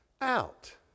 out